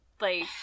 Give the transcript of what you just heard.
like-